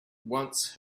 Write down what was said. once